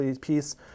piece